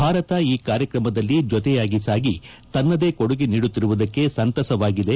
ಭಾರತ ಈ ಕಾರ್ಯಕ್ರಮದಲ್ಲಿ ಜೊತೆಯಾಗಿ ಸಾಗಿ ತನ್ನದೇ ಕೊಡುಗೆ ನೀಡುತ್ತಿರುವುದಕ್ಕೆ ಸಂತಸವಾಗಿದೆ